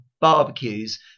barbecues